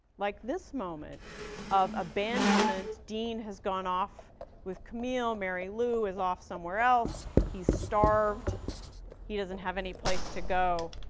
like this moment of abandonment. dean has gone off with camille marylou is off somewhere else he's starved he doesn't have any place to go.